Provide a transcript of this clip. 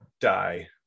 die